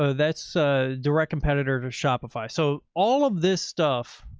ah that's a direct competitor to shopify. so all of this stuff.